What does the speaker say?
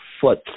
foot